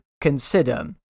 consider